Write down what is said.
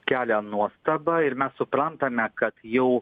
kelia nuostabą ir mes suprantame kad jau